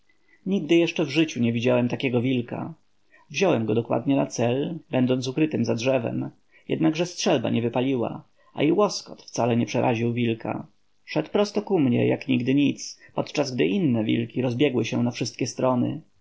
nigdy jeszcze w życiu nie widziałem takiego wilka wziąłem go dokładnie na cel będąc ukrytym za drzewem jednakże strzelba nie wypaliła a i łoskot wcale nie przeraził wilka szedł prosto ku mnie jak nigdy nic podczas gdy inne wilki rozbiegły się na wszystkie strony